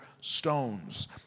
stones